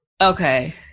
Okay